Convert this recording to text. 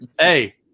hey